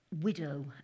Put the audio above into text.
widow